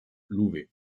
louvet